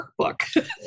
workbook